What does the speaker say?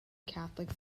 catholic